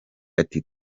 ati